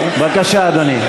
בבקשה, אדוני.